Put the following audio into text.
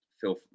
feel